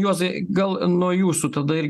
juozai gal nuo jūsų tada irgi